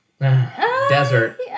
desert